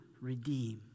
redeem